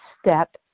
step